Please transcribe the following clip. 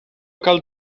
cal